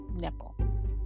Nipple